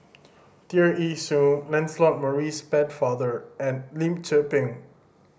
Tear Ee Soon Lancelot Maurice Pennefather and Lim Tze Peng